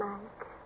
Mike